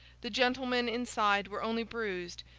the gentlemen inside were only bruised,